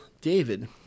David